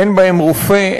אין בהם רופא,